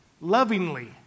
lovingly